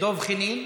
דב חנין.